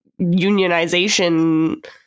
unionization